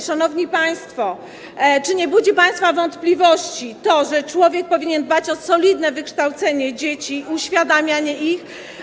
Szanowni państwo, czy nie budzi państwa wątpliwości to, że taki człowiek powinien dbać o solidne wykształcenie dzieci, uświadamianie ich.